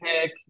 pick